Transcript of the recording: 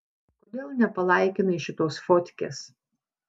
kodėl nepalaikinai šitos fotkės